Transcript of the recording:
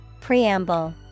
Preamble